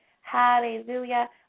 Hallelujah